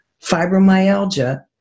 fibromyalgia